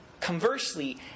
conversely